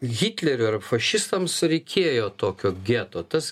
hitleriui ar fašistams reikėjo tokio geto tas